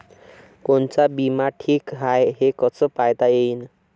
कोनचा बिमा ठीक हाय, हे कस पायता येईन?